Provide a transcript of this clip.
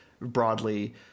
broadly